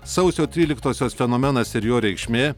sausio tryliktosios fenomenas ir jo reikšmė